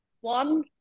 one